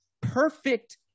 Perfect